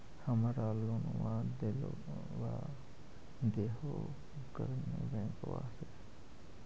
हमरा लोनवा देलवा देहो करने बैंकवा से?